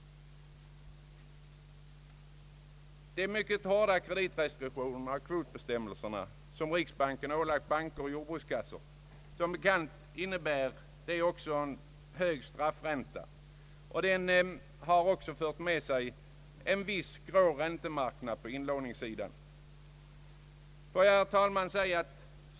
De mycket hårda kreditrestriktioner och kvotbestämmelser som riksbanken ålagt banker och jordbrukskassor — som bekant innebär de också en hög straffränta — har fört med sig en viss grå räntemarknad på inlåningssidan.